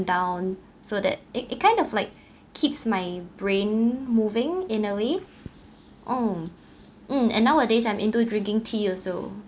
down so that it it kind of like keeps my brain moving in a way uh um and nowadays I'm into drinking tea also